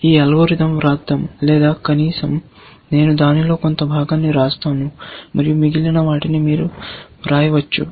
ఈ అల్గోరిథం వ్రాద్దాం లేదా కనీసం నేను దానిలో కొంత భాగాన్ని వ్రాస్తాను మరియు మిగిలిన వాటిని మీరు వ్రాయవచ్చు